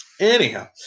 Anyhow